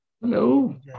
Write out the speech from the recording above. Hello